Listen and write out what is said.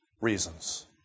reasons